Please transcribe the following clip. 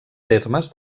termes